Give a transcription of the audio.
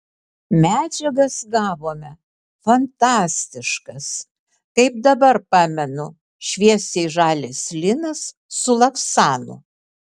medžiagas gavome fantastiškas kaip dabar pamenu šviesiai žalias linas su lavsanu